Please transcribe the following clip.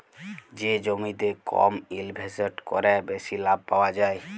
যে জমিতে কম ইলভেসেট ক্যরে বেশি লাভ পাউয়া যায়